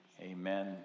Amen